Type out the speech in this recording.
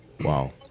Wow